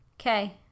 Okay